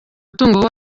mutungo